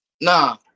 Nah